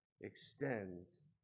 extends